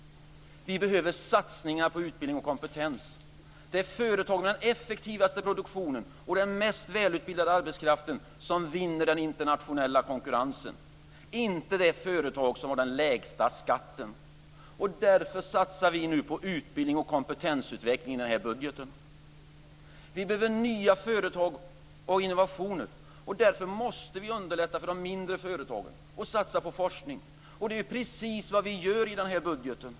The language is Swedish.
Vi behöver satsningar på utbildning och kompetens. Det är företaget med den effektivaste produktionen och den mest välutbildade arbetskraften som vinner i den internationella konkurrensen, inte det företag som har den lägsta skatten. Därför satsar vi nu på utbildning och kompetensutveckling i denna budget. Vi behöver nya företag och innovationer. Därför måste vi underlätta för de mindre företagen och satsa på forskning, och det är precis vad vi gör i denna budget.